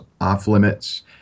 off-limits